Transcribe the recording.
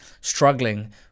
struggling